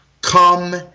come